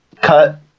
cut